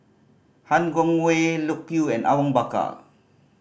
Han Guangwei Loke Yew and Awang Bakar